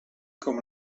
com